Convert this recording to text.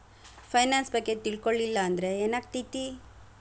Finance ಬಗ್ಗೆ ತಿಳ್ಕೊಳಿಲ್ಲಂದ್ರ ಏನಾಗ್ತೆತಿ?